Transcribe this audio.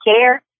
care